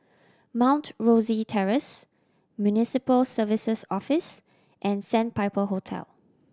Mount Rosie Terrace Municipal Services Office and Sandpiper Hotel